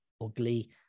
ugly